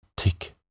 Tick